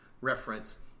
reference